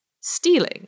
stealing